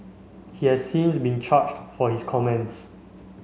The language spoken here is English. he has since been charged for his comments